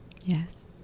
Yes